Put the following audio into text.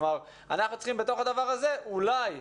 אנחנו צריכים בתוך הדבר הזה, אולי,